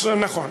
נכון.